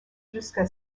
jusqu’à